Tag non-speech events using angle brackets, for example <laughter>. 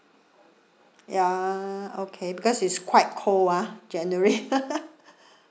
ya okay because it's quite cold ah january <laughs>